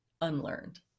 unlearned